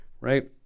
right